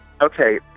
Okay